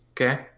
Okay